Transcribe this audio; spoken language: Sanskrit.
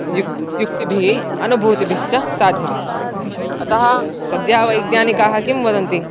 युक्तिः युक्तिभिः अनुभूतिभिश्च साध्यते अतः सद्यः वैज्ञानिकाः किं वदन्ति